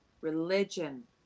religion